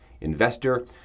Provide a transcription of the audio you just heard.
investor